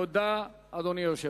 תודה, אדוני היושב-ראש.